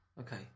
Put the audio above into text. Okay